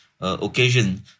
occasion